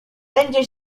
będzie